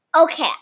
Okay